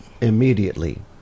immediately